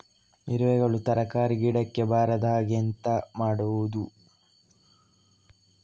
ಇರುವೆಗಳು ತರಕಾರಿ ಗಿಡಕ್ಕೆ ಬರದ ಹಾಗೆ ಎಂತ ಮಾಡುದು?